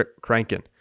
cranking